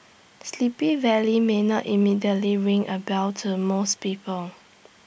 sleepy valley may not immediately ring A bell to most people